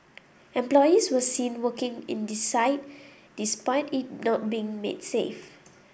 employees were seen working in the site despite it not being made safe